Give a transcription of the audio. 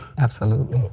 absolutely.